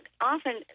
often